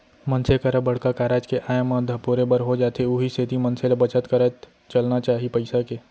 मनसे करा बड़का कारज के आय म धपोरे बर हो जाथे उहीं सेती मनसे ल बचत करत चलना चाही पइसा के